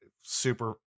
Super